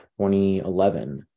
2011